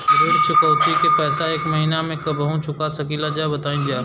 ऋण चुकौती के पैसा एक महिना मे कबहू चुका सकीला जा बताईन जा?